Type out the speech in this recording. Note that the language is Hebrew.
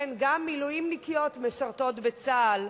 כן, גם מילואימניקיות משרתות בצה"ל,